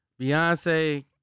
Beyonce